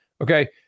Okay